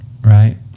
right